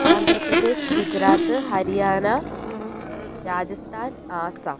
Andhra Pradesh Gujarat Haryana Rajasthan Assam